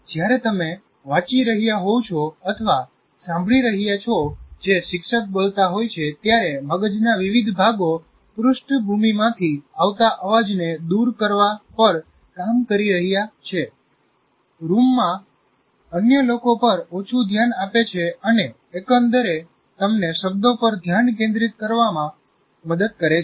જ્યારે તમે વાંચી રહ્યા હોવ છો અથવા સાંભળી રહ્યા છો જે શિક્ષક બોલતા હોય છે ત્યારે મગજના વિવિધ ભાગો પૃષ્ઠભૂમિ માંથી આવતા અવાજને દૂર કરવા પર કામ કરી રહ્યા છે રૂમમાં અન્ય લોકો પર ઓછું ધ્યાન આપે છે અને એકંદરે તમને શબ્દો પર ધ્યાન કેન્દ્રિત રાખવામાં મદદ કરે છે